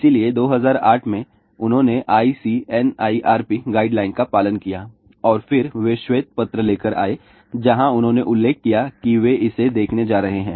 इसलिए 2008 में उन्होंने ICNIRP गाइडलाइन का पालन किया और फिर वे श्वेत पत्र लेकर आए जहाँ उन्होंने उल्लेख किया कि वे इसे देखने जा रहे हैं